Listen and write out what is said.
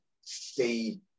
see